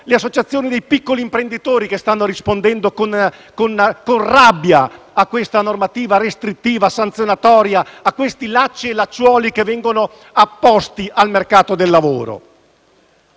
le associazioni dei piccoli imprenditori che stanno rispondendo con rabbia a questa normativa restrittiva e sanzionatoria, a questi lacci e lacciuoli, che vengono apposti al mercato del lavoro.